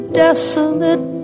desolate